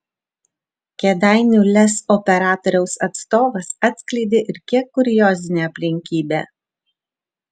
kėdainių lez operatoriaus atstovas atskleidė ir kiek kuriozinę aplinkybę